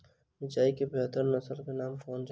मिर्चाई केँ बेहतर नस्ल केँ नाम कहल जाउ?